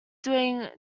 doing